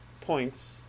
points